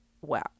wow